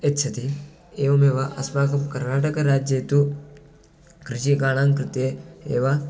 यच्छति एवमेव अस्माकं कर्णाटकराज्ये तु कृषिकाणां कृते एव